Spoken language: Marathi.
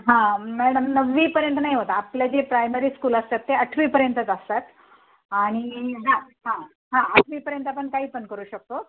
हां मॅडम नववीपर्यंत नाही होत आपले जे प्रायमरी स्कूल असतात ते आठवीपर्यंतच असतात आणि हां हां हां आठवीपर्यंत आपण काही पण करू शकतो